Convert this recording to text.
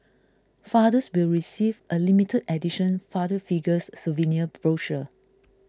fathers will receive a limited edition Father Figures souvenir brochure